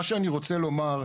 מה שאני רוצה לומר,